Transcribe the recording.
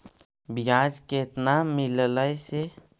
बियाज केतना मिललय से?